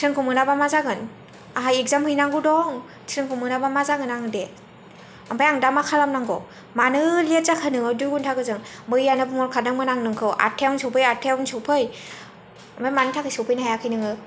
थ्रेनखौ मोनाबा मा जागोन आंहा एकजाम हैनांगौ दं थ्रेनखौ मोनबा मा जागोन आं दे आमफाय आं दा मा खालाम नांगौ मानो लेथ जाखो नोङो दुइ घण्टा गोजों मैयानो बुंहरखादोंमोन आं नोंखौ आथ्थायावनो सफै आथ्थायावनो सफै आमफाय मानि थाखाय सफैनो हायाखै नोङो